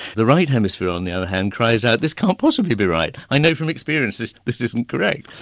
the right hemisphere on the other hand cries out this can't possibly be right, i know from experience this this isn't correct.